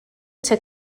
took